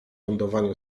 lądowaniu